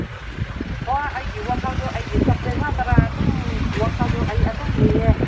ꯍꯣꯏ ꯑꯩꯒꯤ ꯋꯥꯈꯜꯗꯨ ꯑꯩꯒꯤ ꯁꯕꯖꯦꯛ ꯉꯥꯛꯇꯥꯔ ꯑꯗꯨꯝ ꯋꯥꯈꯜꯗꯣ ꯑꯩ ꯑꯗꯨꯝ ꯂꯩꯌꯦ